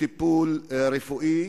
צריך לתקן את זה.